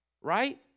right